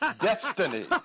Destiny